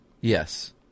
Yes